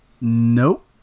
Nope